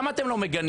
למה אתם לא מגנים?